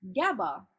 GABA